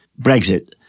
Brexit